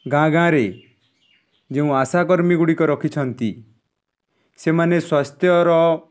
ଗାଁ ଗାଁରେ ଯେଉଁ ଆଶାକର୍ମୀ ଗୁଡ଼ିକ ରଖିଛନ୍ତି ସେମାନେ ସ୍ୱାସ୍ଥ୍ୟର